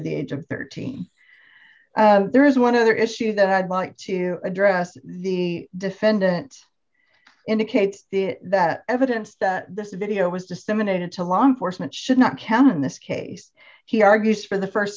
the age of thirteen there is one other issue that i'd like to address the defendant indicates that evidence that this video was disseminated to law enforcement should not count in this case he argues for the